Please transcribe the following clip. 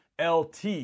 LT